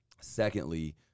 Secondly